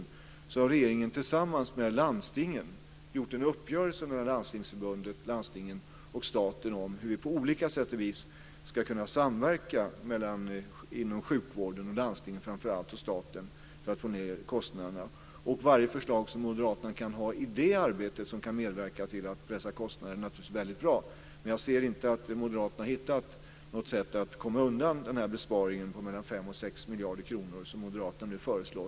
I samband med det förslag som vi har lagt till förändringar när det gäller läkemedelskostnaderna i fortsättningen har Landstingsförbundet, landstingen och staten träffat en uppgörelse om hur vi på olika sätt ska kunna samverka mellan sjukvården, och framför allt landstingen, och staten för att få ned kostnaderna. Varje förslag som moderaterna kan ha som kan medverka till att pressa kostnaderna i det arbetet är naturligtvis väldigt bra. Men jag ser inte att moderaterna har hittat något sätt att komma undan den besparing på mellan 5 och 6 miljarder kronor som moderaterna nu föreslår.